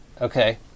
Okay